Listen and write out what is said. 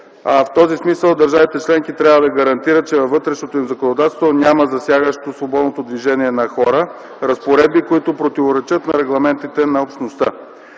В този смисъл държавите членки трябва да гарантират, че във вътрешното им законодателство няма засягащи свободното движение на хора разпоредби, които противоречат на регламентите на общността.